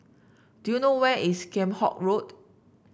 do you know where is Kheam Hock Road